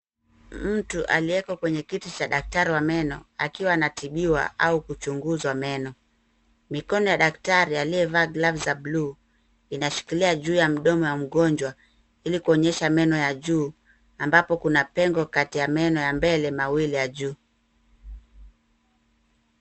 Mtu alieko kwenye kitui cha daktari wa meno akiwa anatipiwa au kujunguzwa meno, mikono ya daktari aliyefaa glovu za blue inashikilia juu ya mdomo ya mgonjwa hili kuonyesha meno ya juu ambapo kuna pengo Kati ya meno ya mbele mawili ya juu.